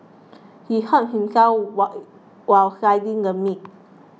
he hurt himself why while slicing the meat